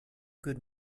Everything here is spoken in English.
good